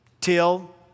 till